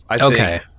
okay